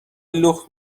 لخت